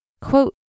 Quote